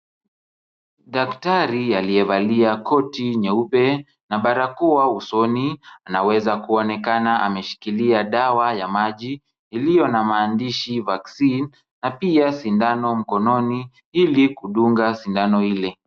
Daktari aliyevalia koti nyeupe na barakoa usoni, anaweza kuonekana ameshikilia dawa ya maji, iliyo na maandishi vaccine na pia sindano mkononi ili kudunga sindano ile.